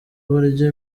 barya